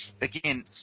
again